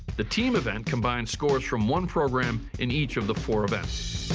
the team event combines scores from one programme in each of the four events.